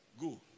go